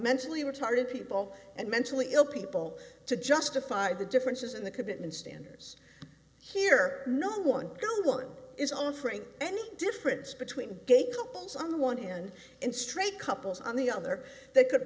mentally retarded people and mentally ill people to justify the differences in the commitment standers here not one no one is offering any difference between gay couples on the one hand and straight couples on the other that could